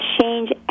change